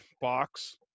box